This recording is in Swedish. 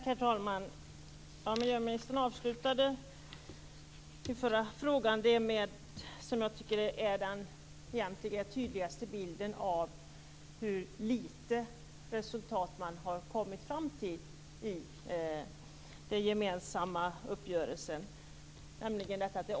Herr talman! Miljöministern avslutade den förra frågan med det som jag egentligen tycker är den tydligaste bilden av hur lite resultat man har kommit fram till i den gemensamma uppgörelsen.